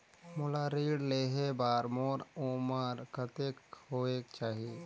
मोला ऋण लेहे बार मोर उमर कतेक होवेक चाही?